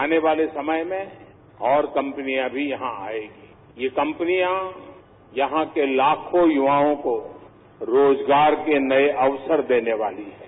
आनेवाले समये में और कंपनियां भी यहां पे आऐगी यह कंपनीयां यहां के लाखों युवाओंको रोजगार के नये अवसर देने वाली है